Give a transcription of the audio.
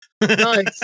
Nice